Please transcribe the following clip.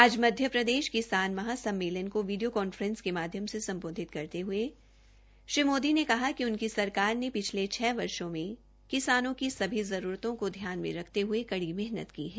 आज मध्यप्रदेश किसान महासम्मेलन को वीडियो कांफ्रेसिंग के माध्यम से सम्बोधित करते हये श्री मोदी ने कहा कि उनकी सरकार ने पिछले छः वर्षो में किसानों की सभी जरूरतों को ध्यान में रखते हये कड़ी मेहनत की है